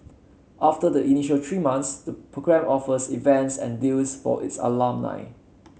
after the initial three months the program offers events and deals for its alumni